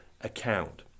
account